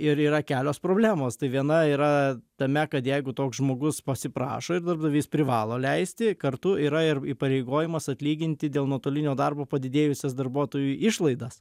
ir yra kelios problemos tai viena yra tame kad jeigu toks žmogus pasiprašo ir darbdavys privalo leisti kartu yra ir įpareigojimas atlyginti dėl nuotolinio darbo padidėjusias darbuotojui išlaidas